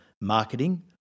marketing